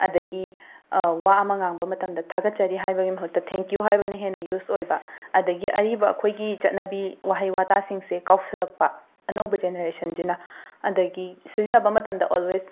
ꯑꯗꯒꯤ ꯋꯥ ꯑꯃ ꯉꯥꯡꯕ ꯃꯇꯝꯗ ꯊꯥꯒꯠꯆꯔꯤ ꯍꯥꯏꯕꯒꯤ ꯃꯍꯨꯠꯇ ꯊꯦꯡꯀꯤꯌꯨ ꯍꯥꯏꯕꯅ ꯍꯦꯟꯅ ꯌꯨꯁ ꯑꯣꯏꯕ ꯑꯗꯒꯤ ꯑꯔꯤꯕ ꯑꯩꯈꯣꯏꯒꯤ ꯆꯠꯅꯕꯤꯒꯤ ꯋꯥꯍꯩ ꯋꯥꯇꯥꯁꯤꯡꯁꯦ ꯀꯥꯎꯁꯤꯜꯂꯛꯄ ꯑꯅꯧꯕ ꯖꯦꯅꯔꯦꯁꯟꯁꯤꯅ ꯑꯗꯒꯤ ꯁꯤꯖꯤꯟꯅꯕ ꯃꯇꯝꯗ ꯑꯣꯜꯋꯦꯁ